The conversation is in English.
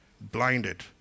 blinded